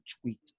tweet